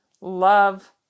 love